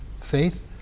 faith